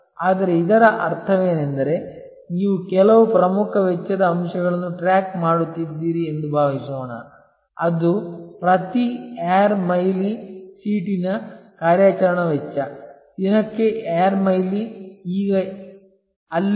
ಆದರೆ ಇದರ ಅರ್ಥವೇನೆಂದರೆ ನೀವು ಕೆಲವು ಪ್ರಮುಖ ವೆಚ್ಚದ ಅಂಶವನ್ನು ಟ್ರ್ಯಾಕ್ ಮಾಡುತ್ತಿದ್ದೀರಿ ಎಂದು ಭಾವಿಸೋಣ ಅದು ಪ್ರತಿ ಏರ್ ಮೈಲಿ ಸೀಟಿನ ಕಾರ್ಯಾಚರಣಾ ವೆಚ್ಚ ದಿನಕ್ಕೆ ಏರ್ ಮೈಲಿ ಈಗ ಅಲ್ಲಿ